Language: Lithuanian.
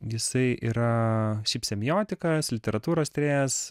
jisai yra šiaip semiotikas literatūros tyrėjas